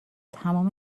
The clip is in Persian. تمام